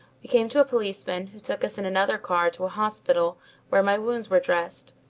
we came to a policeman who took us in another car to a hospital where my wounds were dressed.